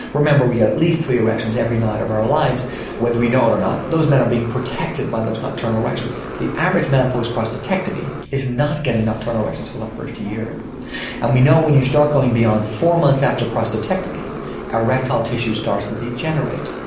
remember we get at least three erections every night of our lives whether we know it or not. those men are being protected by those nocturnal erections. the average man post prostatectomy is not getting nocturnal erections for the first year and we know when you start going beyond four months after prostatectomy erectile tissue starts to degenerate.